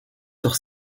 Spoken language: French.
sur